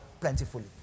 plentifully